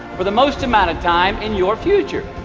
for the most amount of time in your future